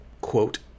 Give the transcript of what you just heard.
quote